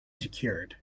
secured